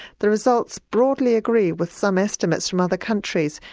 the results broadly agree with some estimates from other countries,